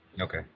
Okay